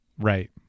Right